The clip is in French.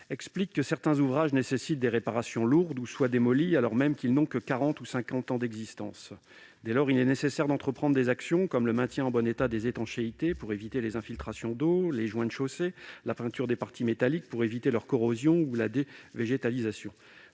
explique que certains ouvrages nécessitent des réparations lourdes ou soient démolis alors même qu'ils n'ont que quarante ou cinquante ans d'existence. Dès lors, il est nécessaire d'entreprendre des actions, comme le maintien en bon état des étanchéités pour éviter des infiltrations d'eau, des joints de chaussée, la peinture des parties métalliques pour éviter leur corrosion ou la dévégétalisation.